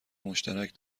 مشترک